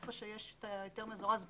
היכן שיש היתר מזורז בחוק,